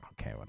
okay